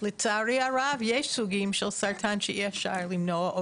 לצערי הרב יש סוגים של סרטן שאי אפשר למנוע,